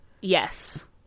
Yes